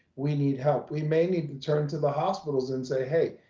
we need help. we may need to turn to the hospitals and say, hey,